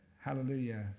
Hallelujah